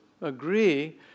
agree